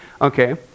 Okay